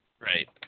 Right